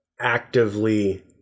actively